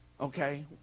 Okay